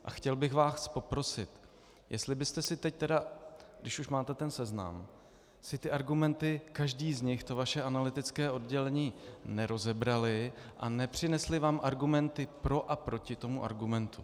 A chtěl bych vás poprosit, jestli byste si teď, když už máte ten seznam, ty argumenty, každý z nich, to vaše analytické oddělení, nerozebrali a nepřinesli vám argumenty pro a proti tomu argumentu.